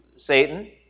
Satan